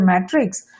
metrics